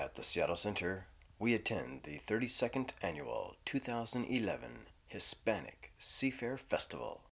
at the seattle center we attend the thirty second annual two thousand and eleven hispanic seafair festival